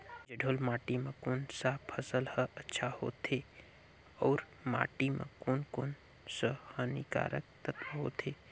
जलोढ़ माटी मां कोन सा फसल ह अच्छा होथे अउर माटी म कोन कोन स हानिकारक तत्व होथे?